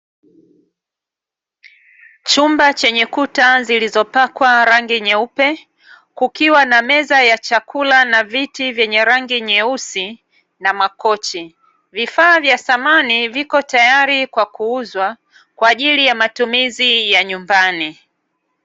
Chumba chenye kuta zilizopakwa rangi nyeupe, kukiwa na meza ya chakula na viti vyenye rangi nyeusi na makochi. Vifaa vya samani viko tayari kwa kuuzwa kwajili ya matumizi ya nyumbani.